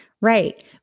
Right